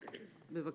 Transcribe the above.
בבקשה.